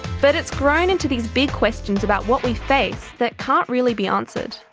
but it's grown into these big questions about what we face that can't really be answered,